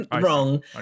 wrong